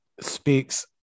speaks